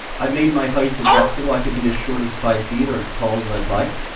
i made my height adjustable. i could be as short as five feet or as tall as i'd like.